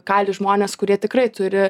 kali žmonės kurie tikrai turi